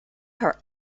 her